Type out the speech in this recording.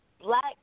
Black